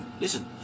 listen